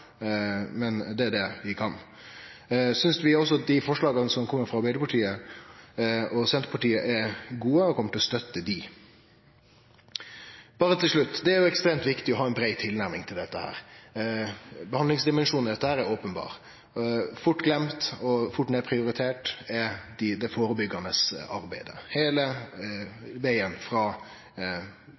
men det er det vi kan. Eg synest også at dei forslaga som kjem frå Arbeidarpartiet og Senterpartiet, er gode, og vi kjem til å støtte dei. Berre til slutt: Det er ekstremt viktig å ha ei brei tilnærming til dette. Behandlingsdimensjonen i dette er openberr. Fort gløymt og fort nedprioritert er det førebyggjande arbeidet heile vegen frå